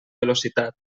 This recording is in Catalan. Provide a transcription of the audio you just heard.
velocitat